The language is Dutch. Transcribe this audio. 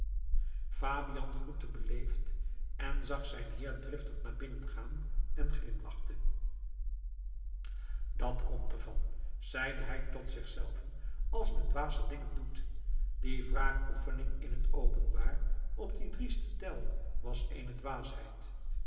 fabian groette beleefd en zag zijn heer driftig naar binnen gaan en glimlachte dat komt ervan zeide hij tot zichzelven als men dwaze dingen doet die wraakoefening in het openbaar op dien driesten tell was eene